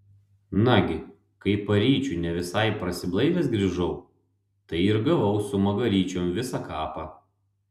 nagi kai paryčiu ne visai prasiblaivęs grįžau tai ir gavau su magaryčiom visą kapą